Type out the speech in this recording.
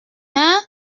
hein